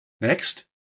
Next